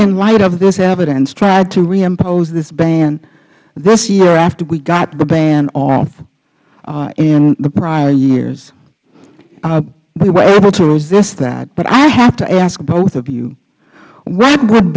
in light of this evidence tried to reimpose this ban this year after we got the ban off in the prior years we were able to resist that but i have to ask both of you what would